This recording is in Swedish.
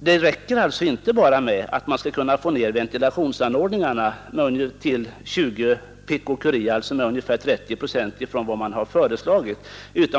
Det räcker alltså inte med att genom förbättring av ventilationsanordningarna få ner radonhalten till 20 pikocurie, alltså en minskning med ungefär 30 procent jämfört med vad som föreslagits.